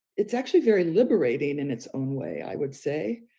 it's actually very liberating in its own way, i would say,